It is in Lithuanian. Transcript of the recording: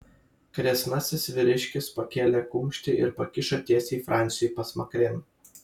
kresnasis vyriškis pakėlė kumštį ir pakišo tiesiai franciui pasmakrėn